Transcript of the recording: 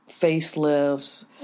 facelifts